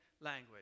language